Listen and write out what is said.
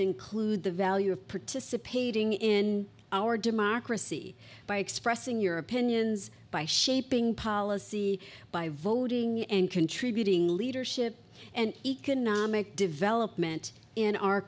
include the value of participating in our democracy by expressing your opinions by shaping policy by voting and contributing leadership and economic development in our